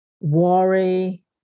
worry